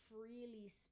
freely